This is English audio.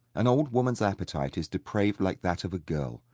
an old woman's appetite is depraved like that of a girl.